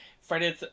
Friday